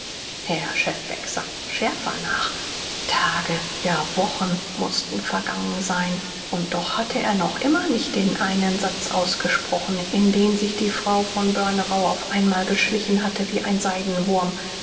herr schefbeck sann schärfer nach tage ja wochen mußten vergangen sein und doch hatte er noch immer nicht den einen satz ausgesprochen in den sich die frau von börnerau auf einmal geschlichen hatte wie ein